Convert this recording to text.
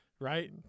Right